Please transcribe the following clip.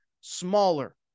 smaller